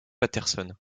patterson